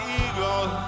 eagle